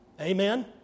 Amen